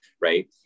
right